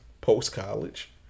post-college